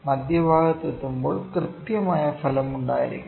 മധ്യഭാഗത്ത് എത്തുമ്പോൾ കൃത്യമായ ഫലം ഉണ്ടായിരിക്കണം